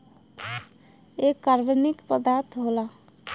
एक कार्बनिक पदार्थ होला